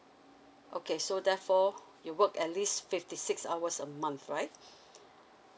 okay so therefore you work at least fifty six hours a month right